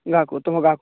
ଗାଁକୁ ତୁମ ଗାଁକୁ